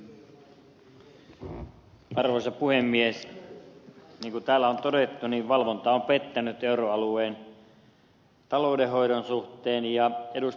niin kuin täällä on todettu valvonta on pettänyt euroalueen taloudenhoidon suhteen ja ed